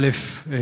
א.